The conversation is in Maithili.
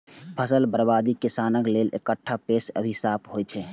फसल बर्बादी किसानक लेल एकटा पैघ अभिशाप होइ छै